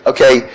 Okay